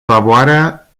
favoarea